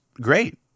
great